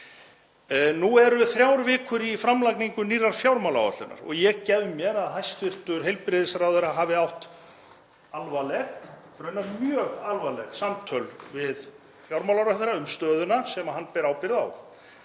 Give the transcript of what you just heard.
Nú eru þrjár vikur í framlagningu nýrrar fjármálaáætlunar og ég gef mér að hæstv. heilbrigðisráðherra hafi átt alvarleg, raunar mjög alvarleg samtöl við fjármálaráðherra um stöðuna sem hann ber ábyrgð á.